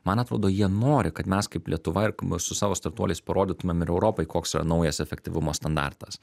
man atrodo jie nori kad mes kaip lietuva su savo startuoliais parodytumėm ir europai koks yra naujas efektyvumo standartas